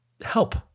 help